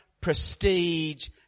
prestige